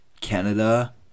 Canada